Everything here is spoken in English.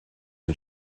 and